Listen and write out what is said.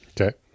Okay